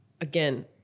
again